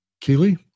Keely